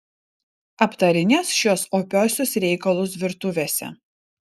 aptarinės šiuos opiuosius reikalus virtuvėse